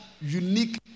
unique